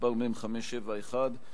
מס' מ/571,